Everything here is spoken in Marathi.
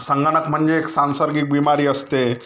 संगणक म्हणजे एक सांसर्गिक बिमारी असते